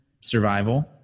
survival